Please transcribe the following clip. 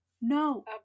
no